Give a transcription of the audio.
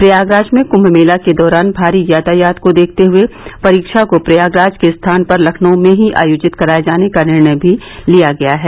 प्रयागराज में कुंभ मेला के दौरान भारी यातायात को देखते हुए परीक्षा को प्रयागराज के स्थान पर लखनऊ में ही आयोजित कराए जाने का निर्णय भी लिया गया है